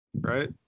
right